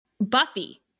buffy